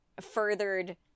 furthered